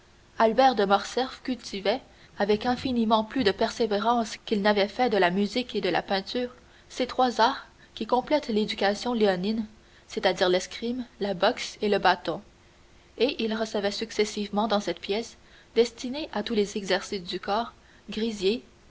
albert de morcerf cultivait avec infiniment plus de persévérance qu'il n'avait fait de la musique et de la peinture ces trois arts qui complètent l'éducation léonine c'est-à-dire l'escrime la boxe et le bâton et il recevait successivement dans cette pièce destinée à tous les exercices du corps grisier